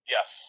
Yes